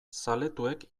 zaletuek